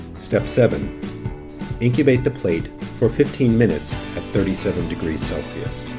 step seven incubate the plate for fifteen minutes at thirty seven degrees celsius.